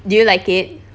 do you like it